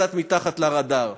קצת מתחת לרדאר,